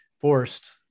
forced